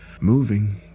moving